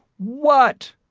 what!